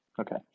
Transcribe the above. okay